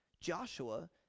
Joshua